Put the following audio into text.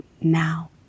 now